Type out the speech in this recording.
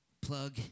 plug